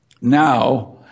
now